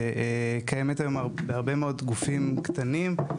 שקיימת היום בהרבה מאוד גופים קטנים.